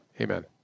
Amen